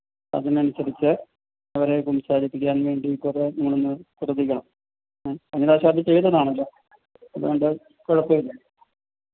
അപ്പതിനനുസരിച്ച് അവരെ കുംബസാരിപ്പിക്കുവാൻ വേണ്ടിക്കൂടി നമ്മളൊന്നു ശ്രദ്ധിക്കണം ഏ കഴിഞ്ഞ പ്രാവശ്യമതു ചെയ്തതാണല്ലോ അതുകൊണ്ട് കുഴപ്പമില്ല